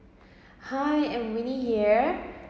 hi I'm winnie here